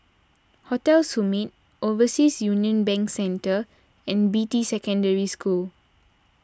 Hotel Summit Overseas Union Bank Centre and Beatty Secondary School